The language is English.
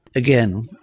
again,